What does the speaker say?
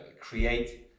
create